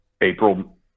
April